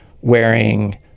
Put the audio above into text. wearing